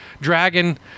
Dragon